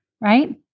right